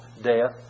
death